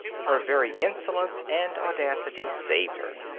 her very insolence and audacity saved her.